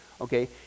okay